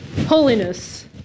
holiness